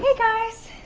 yeah guys,